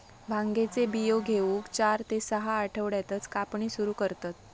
भांगेचे बियो घेऊक चार ते सहा आठवड्यातच कापणी सुरू करतत